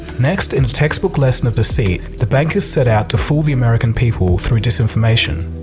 next in this textbook lesson of deceit the bankers set out to fool the american people through disinformation.